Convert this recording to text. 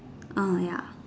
uh ya